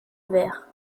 verre